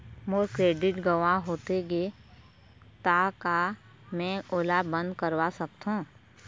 मोर credit गंवा होथे गे ता का मैं ओला बंद करवा सकथों?